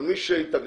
אבל מי שהתאגדה,